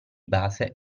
base